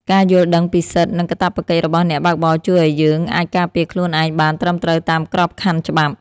ការយល់ដឹងពីសិទ្ធិ និងកាតព្វកិច្ចរបស់អ្នកបើកបរជួយឱ្យយើងអាចការពារខ្លួនឯងបានត្រឹមត្រូវតាមក្របខ័ណ្ឌច្បាប់។